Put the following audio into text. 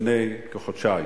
לפני כחודשיים.